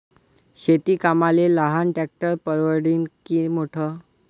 शेती कामाले लहान ट्रॅक्टर परवडीनं की मोठं?